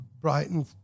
Brighton